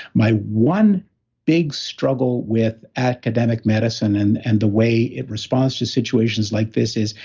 my one big struggle with academic medicine and and the way it responds to situations like this is,